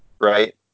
right